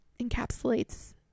encapsulates